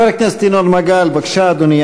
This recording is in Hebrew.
חבר הכנסת ינון מגל, בבקשה, אדוני.